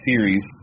series